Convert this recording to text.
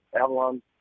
Avalon